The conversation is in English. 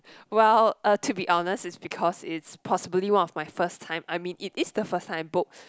well uh to be honest it's because it's possibly one of my first time I mean it is the first time I book